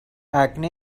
acne